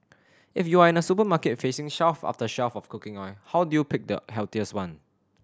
if you are in a supermarket facing shelf after shelf of cooking oil how do you pick the healthiest one